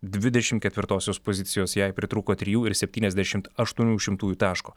dvidešim ketvirtosios pozicijos jai pritrūko trijų ir septyniasdešimt aštuonių šimtųjų taško